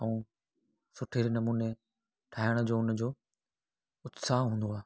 ऐं सुठे नमूने ठाहिण जो हुनजो उत्साह हूंदो आहे